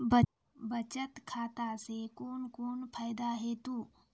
बचत खाता सऽ कून कून फायदा हेतु?